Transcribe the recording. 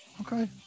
Okay